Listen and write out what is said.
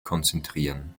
konzentrieren